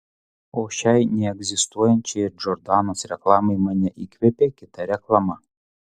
o šiai neegzistuojančiai džordanos reklamai mane įkvėpė kita reklama